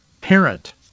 parent